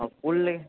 fully